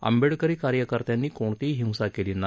आंबेडकरी कार्यकर्त्यांनी कोणतीही हिंसा केली नाही